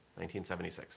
1976